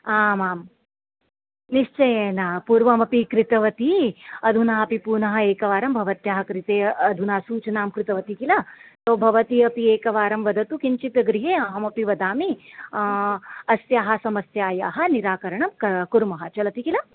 आम् आम् निश्चयेन पूर्वमपि कृतवती अधुना अपि पुनः एकवारं भवत्याः कृते अधुना सूचनां कृतवती किल सो भवती अपि एकवारं वदतु किञ्चित् गृहे अहमपि वदामि अस्याः समस्यायाः निराकरणं कुर्मः कुर्मः चलति किल